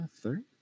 Third